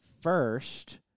first